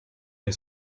mir